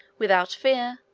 without fear,